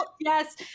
yes